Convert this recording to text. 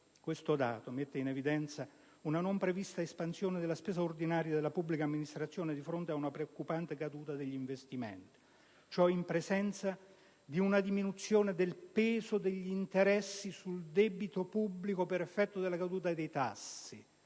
Questo dato mette in evidenza una non prevista espansione della spesa ordinaria della pubblica amministrazione di fronte ad una preoccupante caduta degli investimenti. Tutto ciò, in presenza di una diminuzione del peso degli interessi sul debito pubblico per effetto della caduta dei tassi